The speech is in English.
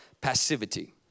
passivity